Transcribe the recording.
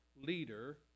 leader